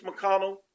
McConnell